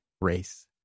race